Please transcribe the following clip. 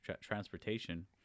transportation